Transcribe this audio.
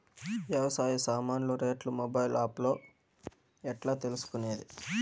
వ్యవసాయ సామాన్లు రేట్లు మొబైల్ ఆప్ లో ఎట్లా తెలుసుకునేది?